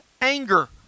anger